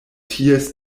ties